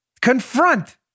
Confront